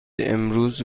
امروز